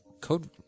Code